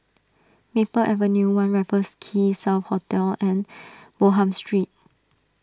Maple Avenue one Raffles Quay South Hotel and Bonham Street